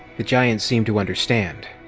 the giant seemed to understand.